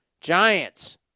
Giants